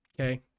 Okay